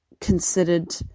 considered